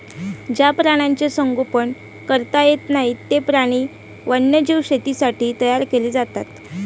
ज्या प्राण्यांचे संगोपन करता येत नाही, ते प्राणी वन्यजीव शेतीसाठी तयार केले जातात